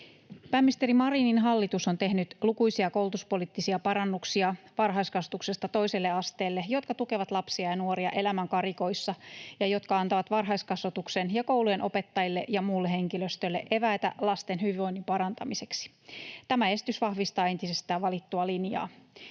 Pääministeri Marinin hallitus on tehnyt lukuisia koulutuspoliittisia parannuksia varhaiskasvatuksesta toiselle asteelle, jotka tukevat lapsia ja nuoria elämän karikoissa ja jotka antavat varhaiskasvatuksen ja koulujen opettajille ja muulle henkilöstölle eväitä lasten hyvinvoinnin parantamiseksi. Tämä esitys vahvistaa entisestään valittua linjaa.